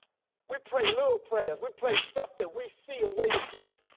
we pray little prayers, we play stuff that we see a way to get.